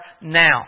now